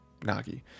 Nagi